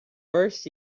first